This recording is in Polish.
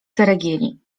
ceregieli